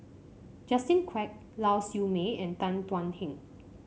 Justin Quek Lau Siew Mei and Tan Thuan Heng